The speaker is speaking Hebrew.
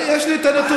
אני, יש לי את הנתונים.